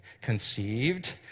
Conceived